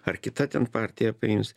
ar kita ten partija paims